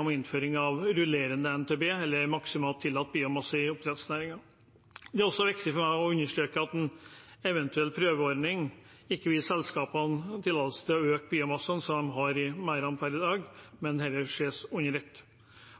om innføring av rullerende MTB, maksimal tillatt biomasse, i oppdrettsnæringen. Det er viktig for meg å understreke at en eventuell prøveordning ikke vil gi selskapene tillatelse til å øke biomassen som de har i merdene per i dag, men heller at det ses under ett.